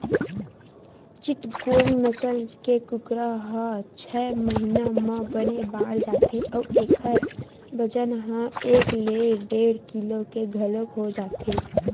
चिटगोंग नसल के कुकरा ह छय महिना म बने बाड़ जाथे अउ एखर बजन ह एक ले डेढ़ किलो के घलोक हो जाथे